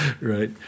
right